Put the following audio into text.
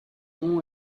nom